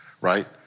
right